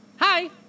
hi